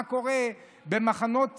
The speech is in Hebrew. מה קורה במחנות צה"ל?